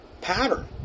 pattern